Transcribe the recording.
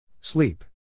Sleep